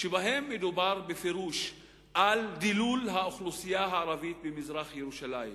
שבהן מדובר בפירוש על דילול האוכלוסייה הערבית במזרח-ירושלים,